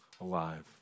alive